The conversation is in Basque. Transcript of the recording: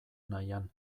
nahian